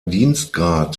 dienstgrad